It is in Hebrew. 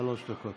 שלוש דקות.